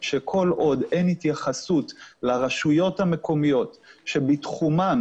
שכל עוד אין התייחסות לרשויות המקומיות שבתחומן